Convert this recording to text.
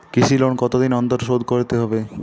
কৃষি লোন কতদিন অন্তর শোধ করতে হবে?